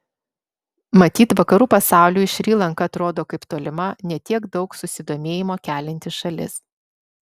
matyt vakarų pasauliui šri lanka atrodo kaip tolima ne tiek daug susidomėjimo kelianti šalis